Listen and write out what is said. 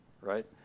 right